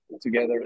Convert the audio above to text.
together